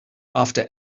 after